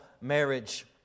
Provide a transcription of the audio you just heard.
marriage